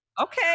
Okay